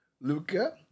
Luca